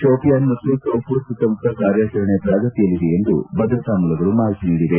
ಶೋಪಿಯಾನ್ ಮತ್ತು ಸೋಪೋರ್ ಸುತ್ತಮುತ್ತ ಕಾರ್ಯಾಚರಣೆ ಪ್ರಗತಿಯಲ್ಲಿದೆ ಎಂದು ಭದ್ರತಾ ಮೂಲಗಳು ಮಾಹಿತಿ ನೀಡಿವೆ